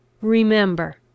Remember